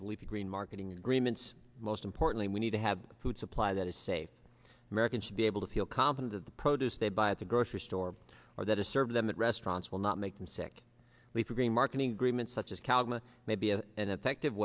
of leafy green marketing agreements most importantly we need to have food supply that is safe americans should be able to feel confident of the produce they buy at the grocery store or that are served them at restaurants will not make them sick leafy green marketing agreement such as kalama may be a and effective